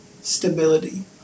stability